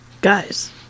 Guys